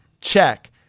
check